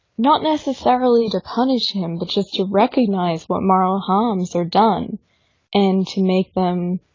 not necessarily to punish him. but just to recognize what moral harms are done and to make them